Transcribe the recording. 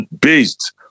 based